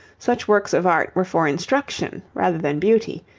such works of art were for instruction rather than beauty,